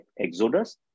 exodus